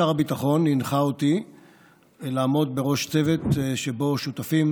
שר הביטחון הנחה אותי לעמוד בראש צוות שבו שותפים